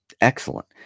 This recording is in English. excellent